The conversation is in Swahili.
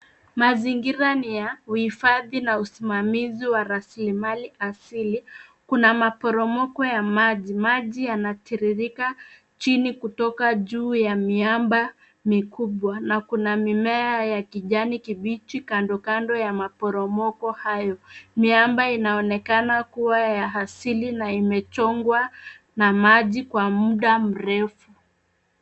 Mazingira ni ya uhifadhi na usimamizi wa rasilimali asili. Kuna maporomoko ya maji, maji yanatiririka chini kutoka juu ya miamba mikubwa na kuna mimea ya kijani kibichi kando kando ya maporomoko hayo. Miamba inaonekana kuwa ya asili na imechongwa na maji kwa muda mrefu.